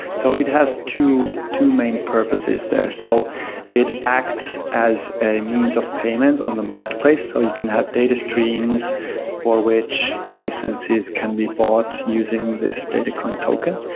so it has two two main purposes there. so it acts as a means of payment on the marketplace. so you can have data streams for which licenses can be bought using this datacoin token.